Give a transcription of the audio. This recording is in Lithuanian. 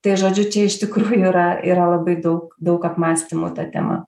tai žodžiu čia iš tikrųjų yra yra labai daug daug apmąstymų ta tema